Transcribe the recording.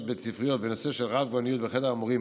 בית ספריות בנושא של רב-גוניות בחדר המורים,